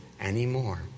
anymore